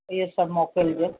इहो सभु मोकिलिजो